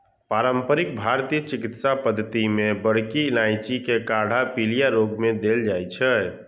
पारंपरिक भारतीय चिकित्सा पद्धति मे बड़की इलायचीक काढ़ा पीलिया रोग मे देल जाइ छै